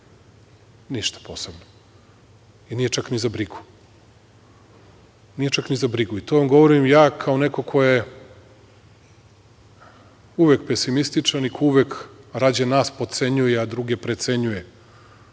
ništa posebno i nije čak ni za brigu. Nije, čak ni za brigu. To vam govorim, ja kao neko ko je uvek pesimističan i ko uvek rađe nas potcenjuje, a druge precenjuje.